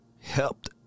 helped